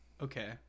Okay